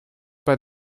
pas